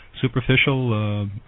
superficial